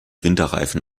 winterreifen